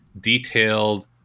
detailed